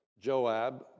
Joab